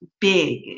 big